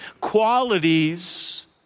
qualities